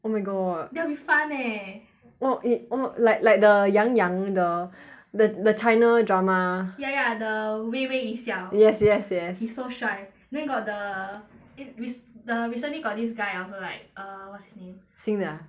oh my god that will be fun leh oh eh oh like like the yang yang the the the china drama ya ya the 微微一笑 yes yes yes he's so 帅 then got the eh the recently got this guy also like err what's his name 新的 ah